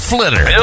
Flitter